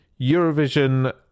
Eurovision